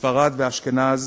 ספרד ואשכנז,